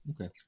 Okay